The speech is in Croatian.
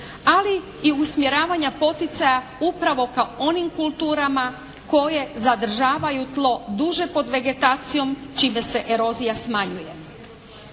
ali i usmjeravanja poticaja upravo ka onim kulturama koje zadržavaju tlo duže pod vegetacijom čime se erozija smanjuje.